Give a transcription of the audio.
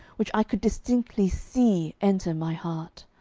which i could distinctly see enter my heart.